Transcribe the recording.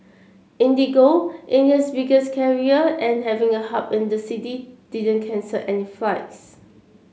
IndiGo India's biggest carrier and having a hub in the city didn't cancel any flights